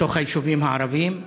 בתוך היישובים הערביים,